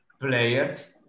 players